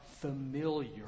familiar